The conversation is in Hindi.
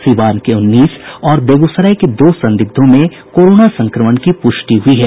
सिवान के उन्नीस और बेगूसराय के दो संदिग्धों में कोरोना संक्रमण की पुष्टि हुई है